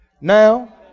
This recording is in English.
Now